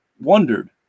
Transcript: wondered